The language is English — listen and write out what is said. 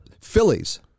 Phillies